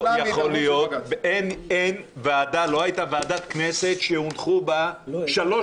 לא הייתה ועדת כנסת שהונחו בה שלוש